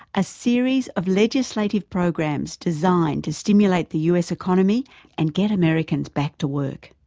a series of legislative programs designed to stimulate the us economy and get americans back to work.